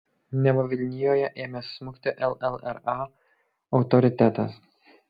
neva vilnijoje ėmęs smukti llra autoritetas